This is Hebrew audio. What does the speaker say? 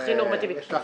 הכי נורמטיבי.